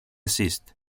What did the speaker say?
cyst